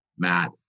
Matt